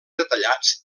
detallats